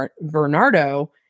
Bernardo